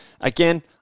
again